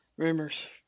rumors